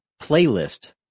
playlist